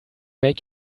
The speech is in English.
make